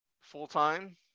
full-time